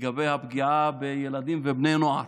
לגבי הפגיעה בילדים ובני נוער,